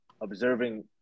observing